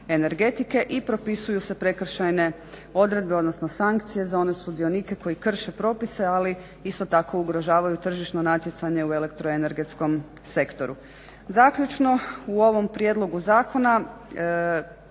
i propisuju se prekršajne odredbe odnosno sankcije za one sudionike koji krše propise ali isto tako ugrožavaju tržišno natjecanje u elektro energetskom sektoru. Zaključno. U ovom prijedlogu zakona